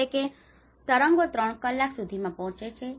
એટલે કે તરંગો 3 કલાક180 મિનિટ સુધીમાં પહોંચે છે